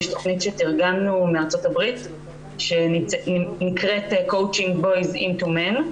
יש תכנית שתרגמנו מארה"ב שנקראת coaching boys into men,